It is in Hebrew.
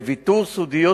בוויתור על סודיות